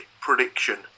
prediction